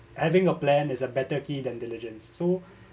having a plan is a better key than diligence so